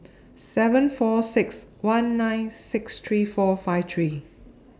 seven four six one nine six three four five three